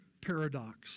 paradox